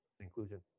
inclusion